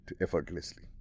effortlessly